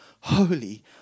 holy